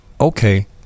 okay